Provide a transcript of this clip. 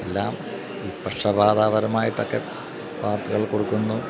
എല്ലാം ഈ പക്ഷപാതപരമായിട്ടൊക്കെ വാര്ത്തകൾ കൊടുക്കുന്നു